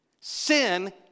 sin